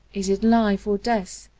is it life or death,